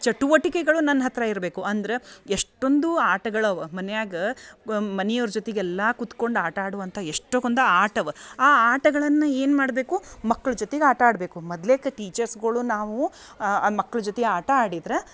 ಚಟುವಟಿಕೆಗಳು ನನ್ನ ಹತ್ತಿರ ಇರಬೇಕು ಅಂದ್ರೆ ಎಷ್ಟೊಂದು ಆಟಗಳವ ಮನ್ಯಾಗ ಮನಿಯವ್ರ ಜೊತಿಗೆಲ್ಲ ಕೂತ್ಕೊಂಡು ಆಟ ಆಡುವಂಥ ಎಷ್ಟೋ ಒಂದು ಆಟ ಅವ ಆ ಆಟಗಳನ್ನು ಏನು ಮಾಡಬೇಕು ಮಕ್ಳ ಜೊತಿಗೆ ಆಟ ಆಡಬೇಕು ಮೊದ್ಲೆಕ್ ಟೀಚರ್ಸ್ಗಳು ನಾವು ಮಕ್ಳ ಜೊತೆ ಆಟ ಆಡಿದ್ರ